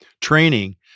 training